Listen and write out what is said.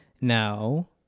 now